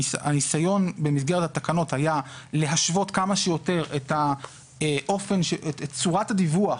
הניסיון במסגרת התקנות היה להשוות כמה שיותר את צורת הדיווח,